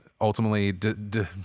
ultimately